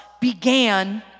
began